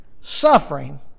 suffering